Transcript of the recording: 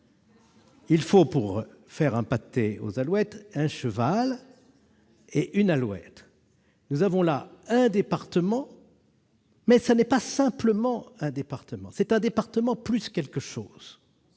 il faut, pour faire un pâté aux alouettes, un cheval et une alouette. Nous avons là un département, qui n'est pas simplement un département : c'est un département plus quelque chose.